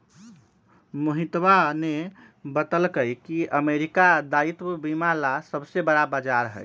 मोहितवा ने बतल कई की अमेरिका दायित्व बीमा ला सबसे बड़ा बाजार हई